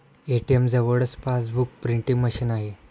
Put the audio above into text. ATM जवळच passbook printing machine आहे